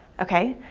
okay,